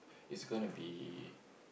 is gonna be